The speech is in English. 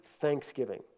thanksgiving